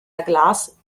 aglaas